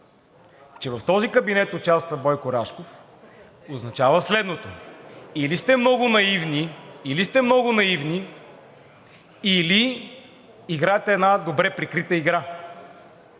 че в този кабинет участва Бойко Рашков, означава следното: или сте много наивни, или играете една добре прикрита игра.